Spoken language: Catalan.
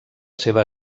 seva